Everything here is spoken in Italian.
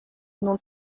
non